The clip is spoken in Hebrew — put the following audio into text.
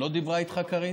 קארין לא דיברה איתך?